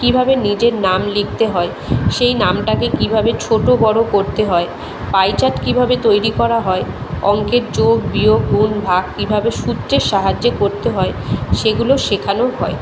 কীভাবে নিজের নাম লিখতে হয় সেই নামটাকে কীভাবে ছোটো বড়ো করতে হয় পাইচাট কীভাবে তৈরি করা হয় অঙ্কের যোগ বিয়োগ গুণ ভাগ কীভাবে সূত্রের সাহায্যে করতে হয় সেগুলো শেখানো হয়